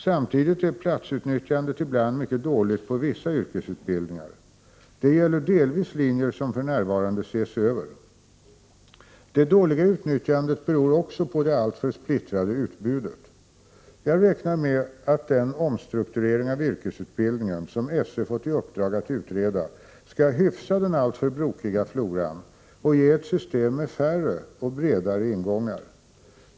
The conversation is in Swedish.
Samtidigt är platsutnyttjandet ibland mycket dåligt på vissa yrkesutbildningar. Detta gäller delvis linjer som för närvarande ses över. Det dåliga utnyttjandet beror också på det alltför splittrade utbudet. Jag räknar med att den omstrukturering av yrkesutbildningen som SÖ fått i uppdrag att utreda skall hyfsa den alltför brokiga floran och ge ett system med färre och bredare ingångar.